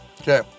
Okay